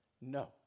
No